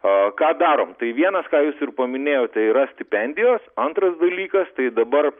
ką darom tai vienas ką jus ir paminėjote yra stipendijos antras dalykas tai dabar